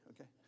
Okay